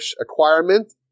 acquirement